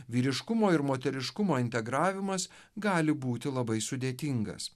vyriškumo ir moteriškumo integravimas gali būti labai sudėtingas